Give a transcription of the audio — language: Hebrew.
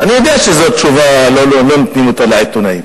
אני יודע שזאת תשובה שלא נותנים לעיתונאים,